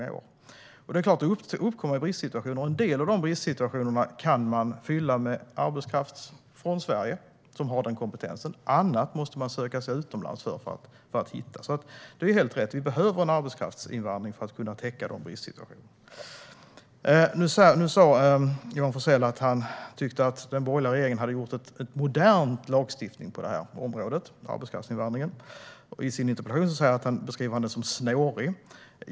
Då uppkommer såklart bristsituationer. En del av dem kan man fylla med arbetskraft från Sverige, som har den kompetensen. Annat måste man söka utomlands för att hitta. Det är alltså helt rätt att vi behöver arbetskraftsinvandring för att kunna täcka de bristsituationerna. Johan Forssell tycker att den borgerliga regeringen åstadkom en modern lagstiftning när det gäller arbetskraftsinvandringen. I sin interpellation beskriver han den som snårig.